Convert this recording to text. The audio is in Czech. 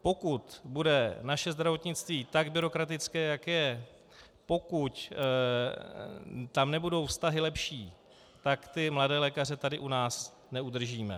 Pokud bude naše zdravotnictví tak byrokratické, jak je, pokud tam nebudou vztahy lepší, tak mladé lékaře tady u nás neudržíme.